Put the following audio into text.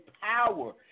power